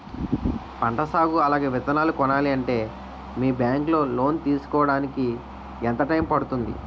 పంట సాగు అలాగే విత్తనాలు కొనాలి అంటే మీ బ్యాంక్ లో లోన్ తీసుకోడానికి ఎంత టైం పడుతుంది?